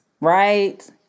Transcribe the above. Right